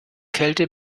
kälte